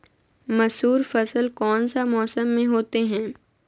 मसूर फसल कौन सा मौसम में होते हैं?